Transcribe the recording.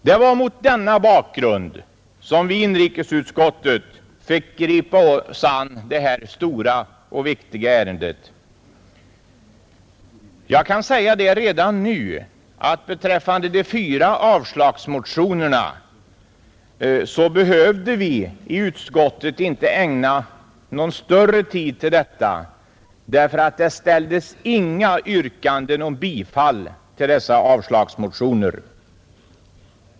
Det var mot denna bakgrund som vi i inrikesutskottet fick gripa oss an det här stora och viktiga ärendet. Jag kan redan nu säga att vi inte behövde ägna någon större tid i utskottet åt de fyra avslagsmotionerna, eftersom det inte ställdes några yrkanden om bifall till dessa.